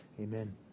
Amen